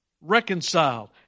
reconciled